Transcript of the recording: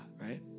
right